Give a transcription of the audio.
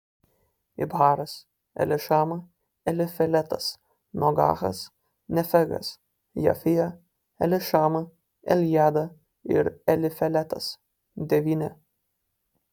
ibharas elišama elifeletas nogahas nefegas jafija elišama eljada ir elifeletas devyni